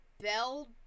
Bell